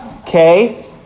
Okay